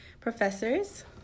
professors